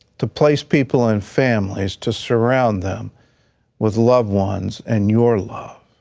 to place people in families, to surround them with loved ones and your love.